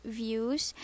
views